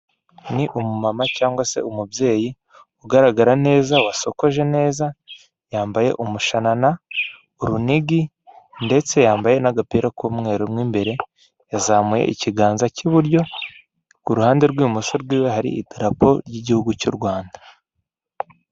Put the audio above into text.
Ni umumama cyangwa se umubyeyi ugaragara neza wasokoje neza, yambaye umushanana urunigi ndetse yambaye n'agapira k'umweru mo imbere yazamuye ikiganza cy'iburyo, ku ruhande rw'imoso rwiwe hari idarapo ry'igihugu cy'u Rwanda.